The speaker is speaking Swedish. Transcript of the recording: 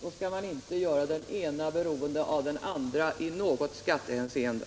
Då skall man inte göra den ena beroende av den andra i något skattehänseende.